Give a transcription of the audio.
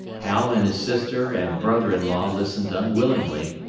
hal and his sister and brother-in-law listened unwillingly,